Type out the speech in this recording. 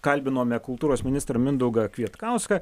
kalbinome kultūros ministrą mindaugą kvietkauską